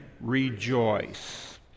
rejoice